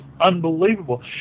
unbelievable